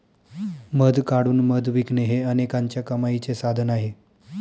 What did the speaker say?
मध काढून मध विकणे हे अनेकांच्या कमाईचे साधन आहे